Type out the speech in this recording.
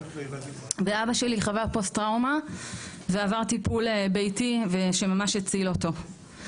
ואבא שלי חווה פוסט טראומה ועבר טיפול ביתי שממש הציל אותו.